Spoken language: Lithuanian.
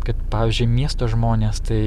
kad pavyzdžiui miesto žmonės tai